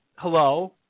Hello